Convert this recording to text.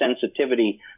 sensitivity